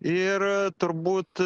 ir turbūt